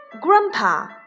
Grandpa